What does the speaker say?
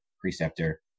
preceptor